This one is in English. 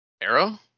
Arrow